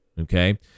okay